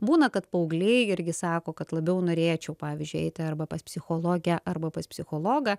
būna kad paaugliai irgi sako kad labiau norėčiau pavyzdžiui eiti arba pas psichologę arba pas psichologą